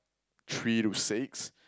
three to six